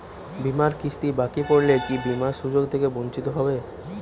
বিমার কিস্তি বাকি পড়লে কি বিমার সুযোগ থেকে বঞ্চিত হবো?